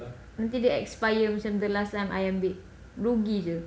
until dia expire macam the last time I ambil rugi jer